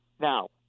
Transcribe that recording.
Now